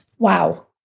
Wow